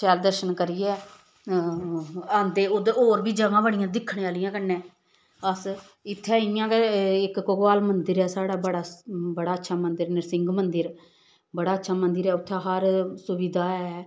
शैल दर्शन करियै आंदे उद्धर होर बी जगह् बड़ियां दिक्खने आह्लियां कन्नै अस इत्थें इ'यां गै इक घगवाल मंदिर ऐ साढ़ा बड़ा बड़ा अच्छा मंदर नरसिंह मंदर बड़ा अच्छा मंदर ऐ उत्थै हर सुविधा ऐ